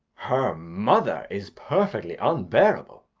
her mother is perfectly unbearable.